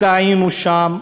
טעינו שם.